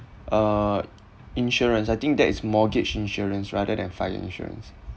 uh insurance I think that is mortgage insurance rather than fire insurance